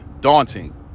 daunting